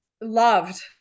loved